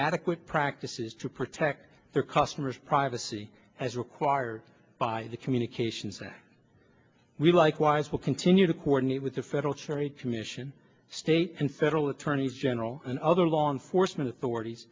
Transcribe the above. adequate practices to protect their customers privacy as required by the communications that we likewise will continue to coordinate with the federal trade commission state and federal attorneys general and other law enforcement authorities